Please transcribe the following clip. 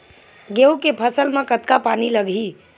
गेहूं के फसल म कतका पानी लगही?